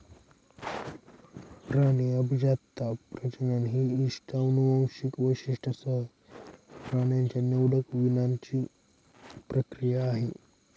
प्राणी अभिजातता, प्रजनन ही इष्ट अनुवांशिक वैशिष्ट्यांसह प्राण्यांच्या निवडक वीणाची प्रक्रिया आहे